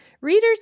readers